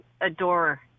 adore